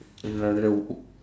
in another w~